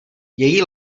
její